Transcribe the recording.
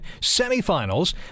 semifinals